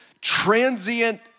transient